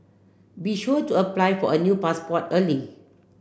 be sure to apply for a new passport early